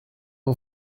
mon